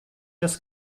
des